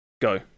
Go